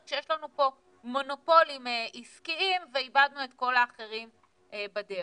כשיש לנו פה מונופולים עסקיים ואיבדנו את כל האחרים בדרך.